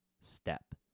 step